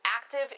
active